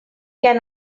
can